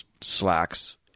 slacks